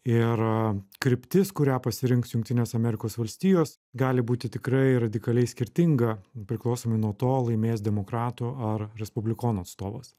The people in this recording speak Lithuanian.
ir kryptis kurią pasirinks jungtinės amerikos valstijos gali būti tikrai radikaliai skirtinga priklausomai nuo to laimės demokratų ar respublikonų atstovas